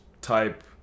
type